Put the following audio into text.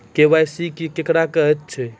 KYC केकरा कहैत छै?